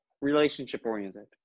relationship-oriented